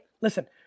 Listen